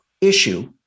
issue